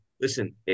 listen